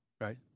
right